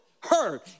heard